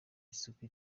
isuku